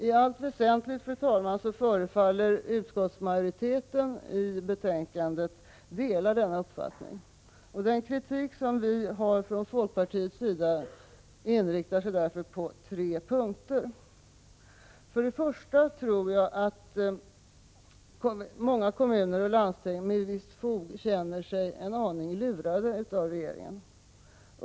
I allt väsentligt, fru talman, förefaller utskottsmajoriteten dela denna uppfattning. Den kritik som vi för fram från folkpartiets sida inriktas därför på tre punkter. För det första tror jag att många kommuner och landsting med visst fog känner sig en aning lurade av regeringen.